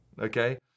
Okay